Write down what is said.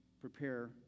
prepare